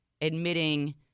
admitting